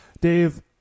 Dave